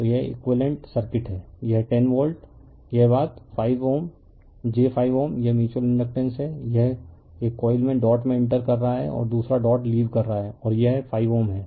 तो यह equivalent circuit है यह 10 वोल्ट यह बात 5Ω j 5Ω यह म्यूच्यूअल इंडकटेंस यह एक कॉइल में डॉट में इंटर कर रहा है और दूसरा डॉट लीव कर रहा है और यह 5Ω है